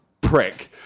prick